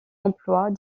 emplois